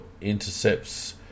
intercepts